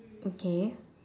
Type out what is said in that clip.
okay